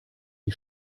die